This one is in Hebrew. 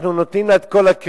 אנחנו נותנים לה את כל הקרדיט,